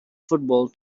football